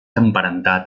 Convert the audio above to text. emparentat